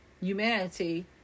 humanity